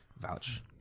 vouch